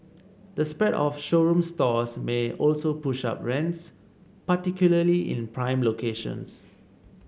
the spread of showroom stores may also push up rents particularly in prime locations